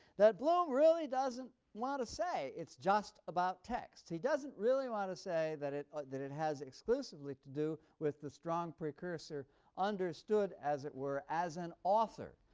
that bloom really doesn't want to say it's just about text. he doesn't really want to say that it that it has exclusively to do with the strong precursor understood, as it were, as an author.